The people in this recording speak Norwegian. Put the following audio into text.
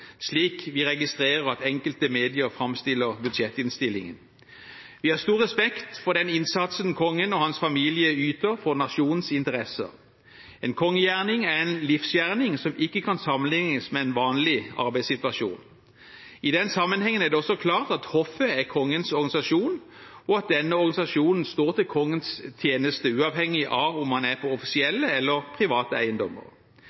slik vi registrerer at enkelte medier framstiller budsjettinnstillingen. Vi har stor respekt for den innsatsen Kongen og hans familie yter for nasjonens interesser. En kongegjerning er en livsgjerning som ikke kan sammenlignes med en vanlig arbeidssituasjon. I den sammenhengen er det også klart at hoffet er Kongens organisasjon, og at denne organisasjonen står til tjeneste for kongen, uavhengig av om han er på